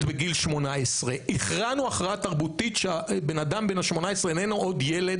בגיל 18. הכרענו הכרעה תרבותית שהבן אדם בן ה-18 איננו עוד ילד.